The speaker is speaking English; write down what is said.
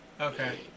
Okay